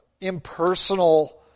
impersonal